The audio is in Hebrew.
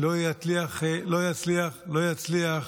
לא יצליחו